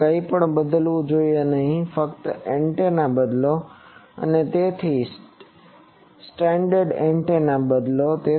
હવે કંઇપણ બદલવું જોઈએ નહીં ફક્ત ટેસ્ટ એન્ટેના બદલો અને તેને સ્ટાનડરડ એન્ટેનાથી બદલો